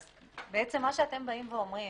אתם באים ואומרים